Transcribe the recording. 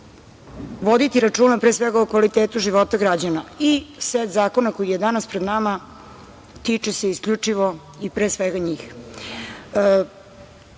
voditi računa pre svega o kvalitetu života građana. Set zakona koji je danas pred nama tiče se isključivo i pre svega